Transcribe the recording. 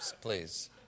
please